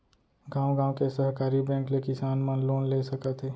गॉंव गॉंव के सहकारी बेंक ले किसान मन लोन ले सकत हे